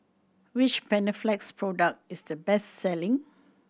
which Panaflex product is the best selling